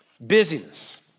Busyness